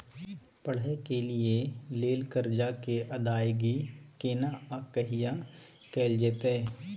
पढै के लिए लेल कर्जा के अदायगी केना आ कहिया कैल जेतै?